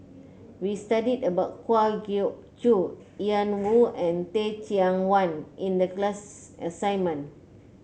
we studied about Kwa Geok Choo Yan Woo and Teh Cheang Wan in the class assignment